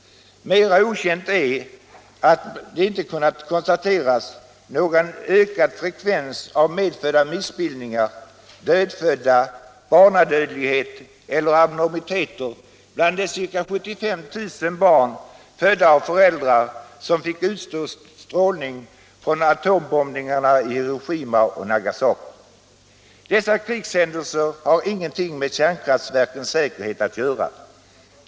Mera okänt är att det inte kunnat konstateras någon ökad frekvens av medfödda missbildningar, dödfödda, barnadödlighet eller abnormitet bland de ca 75 000 barn som fötts av föräldrar vilka fick utstå strålning från atombombningarna i Hiroshima och Nagasaki. Dessa krigshändelser har ingenting med kärnkraftverkens säkerhet att göra.